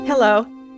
Hello